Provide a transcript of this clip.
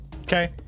okay